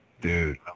Dude